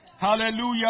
Hallelujah